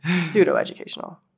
Pseudo-educational